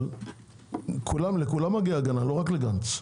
אבל לכולם מגיע הגנה לא רק לגנץ.